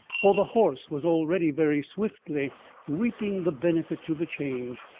for the horse was already very swiftly reaping the benefit to the change.